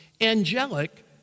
angelic